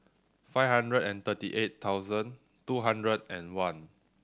five hundred and thirty eight thousand two hundred and one